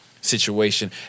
situation